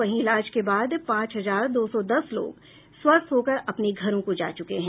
वहीं इलाज के बाद पांच हजार दो सौ दस लोग स्वस्थ होकर अपने घरों को जा चुके हैं